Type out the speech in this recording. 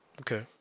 Okay